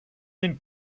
den